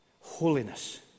holiness